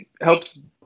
helps